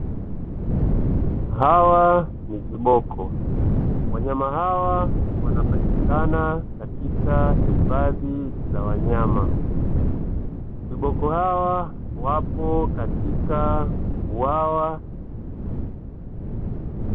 Hawa ni vibiko wanyama hawa wanapatikana katika hifadhi za wanyama, viboko hawa wapo katika bwawa.